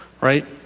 right